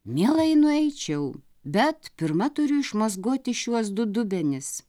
mielai nueičiau bet pirma turiu išmazgoti šiuos du dubenis